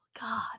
god